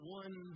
one